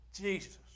Jesus